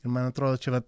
ir rman atrodo čia va